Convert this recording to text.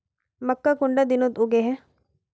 मक्का कुंडा दिनोत उगैहे?